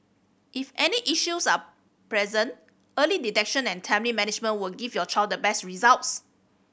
if any issues are present early detection and timely management will give your child the best results